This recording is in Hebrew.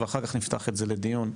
אחר כך נפתח את זה לדיון.